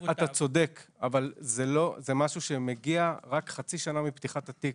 צודק אבל זה משהו שמגיע רק חצי שנה מאז פתיחת התיק,